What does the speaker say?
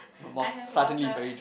I have water